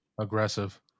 Aggressive